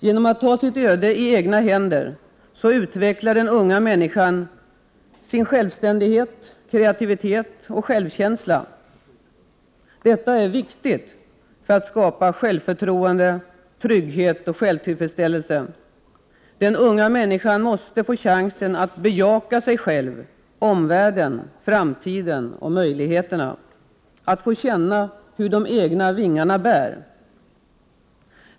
Genom att ta sitt öde i egna händer utvecklar den unga människan sin självständighet, kreativitet och självkänsla. Detta är viktigt för att skapa självförtroende, trygghet och självtillfredsställelse. Den unga människan måste få chansen att bejaka sig själv, omvärlden, framtiden och möjligheterna — att få känna hur de egna vingarna bär.